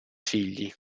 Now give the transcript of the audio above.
figli